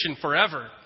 forever